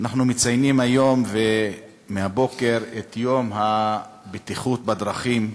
אנחנו מציינים מהבוקר את יום הבטיחות בדרכים,